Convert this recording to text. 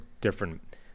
different